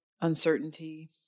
uncertainty